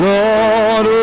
Lord